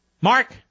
Mark